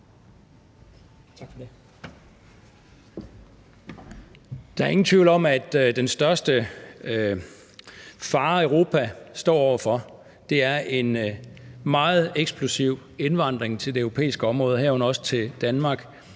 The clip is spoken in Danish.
Der er ingen tvivl om, at den største fare, Europa står over for, er en meget eksplosiv indvandring til det europæiske område, herunder også til Danmark,